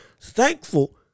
Thankful